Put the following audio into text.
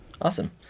Awesome